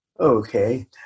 Okay